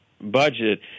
budget